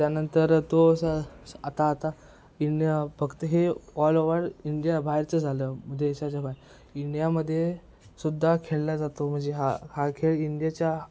त्यानंतर तो असा आता आता इंडिया फक्त हे ऑलओवर इंडिया बाहेरचं झालं देशाच्या बाहेर इंडियामध्येसुद्धा खेळला जातो म्हणजे हा हा खेळ इंडियाचा